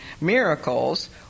miracles